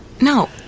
No